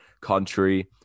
country